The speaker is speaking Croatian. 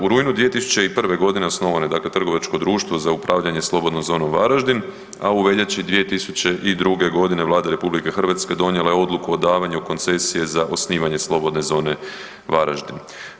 U rujnu 2001. g. osnovano je dakle trgovačko društvo za upravljanje Slobodnom zonom Varaždin a u veljači 2002.g. Vlada RH donijela je odluku o davanju koncesije za osnivanje Slobodne zone Varaždin.